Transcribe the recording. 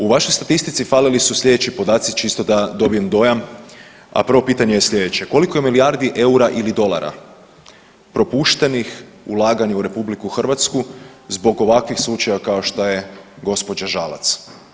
U vašoj statistici falili su sljedeći podaci čisto da dobijem dojam, a prvo pitanje je sljedeće, koliko je milijardi eura ili dolara propuštenih ulagani u RH zbog ovakvih slučaja kao što je gospođa Žalac?